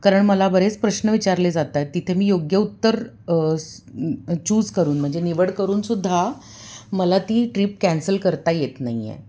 कारण मला बरेच प्रश्न विचारले जात आहेत तिथे मी योग्य उत्तर स चूज करून म्हणजे निवड करून सुद्धा मला ती ट्रिप कॅन्सल करता येत नाही आहे